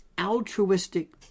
altruistic